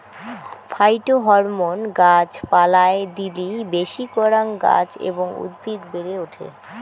phytohormone গাছ পালায় দিলি বেশি করাং গাছ এবং উদ্ভিদ বেড়ে ওঠে